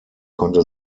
konnte